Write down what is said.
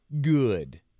good